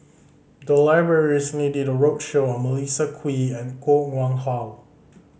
the library recently did a roadshow on Melissa Kwee and Koh Nguang How